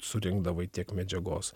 surinkdavai tiek medžiagos